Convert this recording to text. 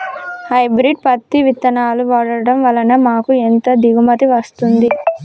Hybrid పత్తి విత్తనాలు వాడడం వలన మాకు ఎంత దిగుమతి వస్తుంది?